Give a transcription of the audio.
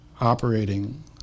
operating